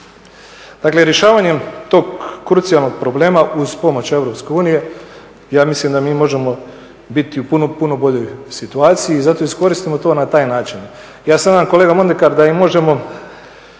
Dakle rješavanjem tog krucijalnog problema uz pomoć Europske unije ja mislim da mi možemo biti u puno boljoj situaciji i zato iskoristimo to na taj način. Ja se nadam kolega Mondekar da možemo